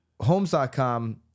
Homes.com